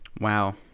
Wow